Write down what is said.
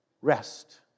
rest